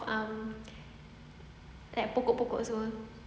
um like pokok pokok also